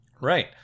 Right